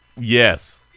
yes